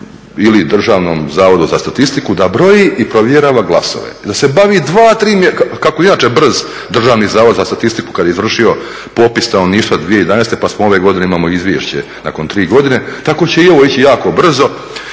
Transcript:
ili Državnom zavodu za statistiku da broji i provjerava glasove, da se bavi dva, tri mjeseca, a kako je inače brz Državni zavod za statistiku kad je vršio popis stanovništva 2011. pa ove godine imamo izvješće nakon 3 godine, tako će i ovo ići jako brzo